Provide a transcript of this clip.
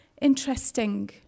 interesting